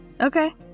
Okay